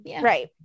Right